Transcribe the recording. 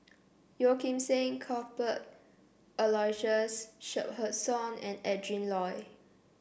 Yeo Kim Seng Cuthbert Aloysius Shepherdson and Adrin Loi